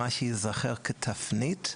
מה שייזכר כתפנית,